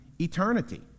eternity